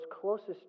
closest